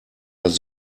das